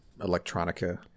electronica